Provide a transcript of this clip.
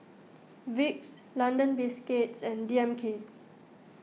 Vicks London Biscuits and D M K